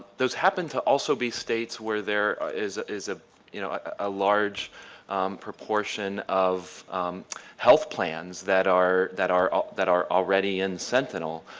those happen to also be states where there is a ah you know ah large proportion of health plans that are that are ah that are already in sentinel.